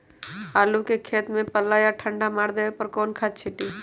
आलू के खेत में पल्ला या ठंडा मार देवे पर कौन खाद छींटी?